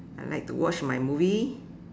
I like to watch my movie